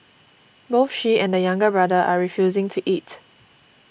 both she and the younger brother are refusing to eat